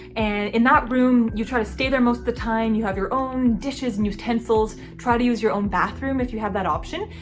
and in that room you try to stay there most of the time, you have your own dishes and utensils, try to use your own bathroom if you have that option.